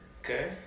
Okay